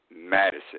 Madison